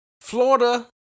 Florida